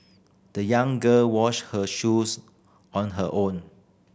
the young girl washed her shoes on her own